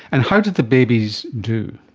and how did the babies do?